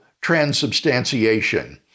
transubstantiation